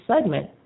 segment